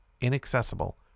inaccessible